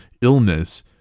illness